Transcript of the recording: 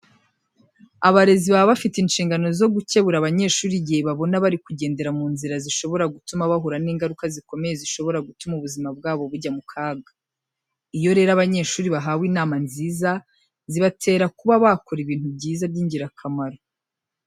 Abarezi baba bafite inshingano zo gukebura abanyeshuri igihe babona bari kugendera mu nzira zishobora gutuma bahura n'ingaruka zikomeye zishobora gutuma ubuzima bwabo bujya mu kaga. Iyo rero abanyeshuri bahawe inama nziza zibatera kuba bakora ibintu byiza by'ingirakamaro.